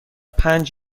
پنج